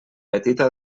petita